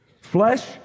Flesh